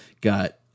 got